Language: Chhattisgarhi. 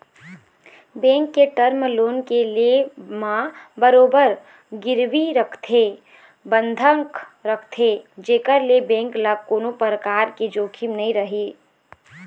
बेंक ह टर्म लोन के ले म बरोबर गिरवी रखथे बंधक रखथे जेखर ले बेंक ल कोनो परकार के जोखिम नइ रहय